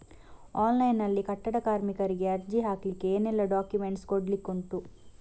Online ನಲ್ಲಿ ಕಟ್ಟಡ ಕಾರ್ಮಿಕರಿಗೆ ಅರ್ಜಿ ಹಾಕ್ಲಿಕ್ಕೆ ಏನೆಲ್ಲಾ ಡಾಕ್ಯುಮೆಂಟ್ಸ್ ಕೊಡ್ಲಿಕುಂಟು?